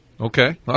Okay